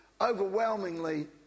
overwhelmingly